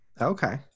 Okay